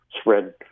spread